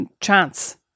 chance